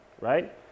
right